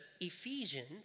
Ephesians